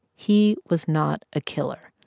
he was not a killer.